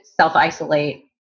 self-isolate